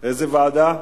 איזו ועדה?